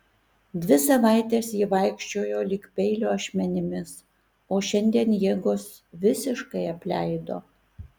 dvi savaites ji vaikščiojo lyg peilio ašmenimis o šiandien jėgos visiškai apleido